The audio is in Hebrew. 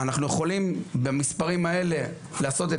אגב, ההתאחדות הוקמה לפני 28 שנה על ידי